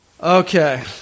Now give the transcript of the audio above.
okay